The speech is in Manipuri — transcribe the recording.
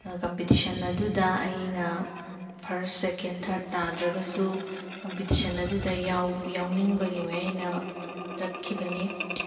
ꯀꯝꯄꯤꯇꯤꯁꯟ ꯑꯗꯨꯗ ꯑꯩꯅ ꯐꯔꯁ ꯁꯦꯀꯦꯟ ꯊꯔꯠ ꯇꯥꯗ꯭ꯔꯒꯁꯨ ꯀꯝꯄꯤꯇꯤꯁꯟ ꯑꯗꯨꯗ ꯌꯥꯎ ꯌꯥꯎꯅꯤꯡꯕꯒꯤ ꯃꯌꯥꯏꯅ ꯆꯠꯈꯤꯕꯅꯤ